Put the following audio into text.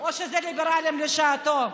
או שזה ליברלים לשעתו,